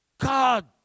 God